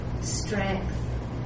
strength